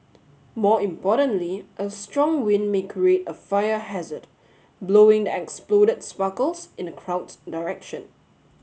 more importantly a strong wind may create a fire hazard blowing the exploded sparkles in the crowd's direction